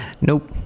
nope